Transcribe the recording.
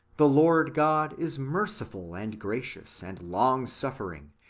the lord god is merciful and gracious, and long-suffering,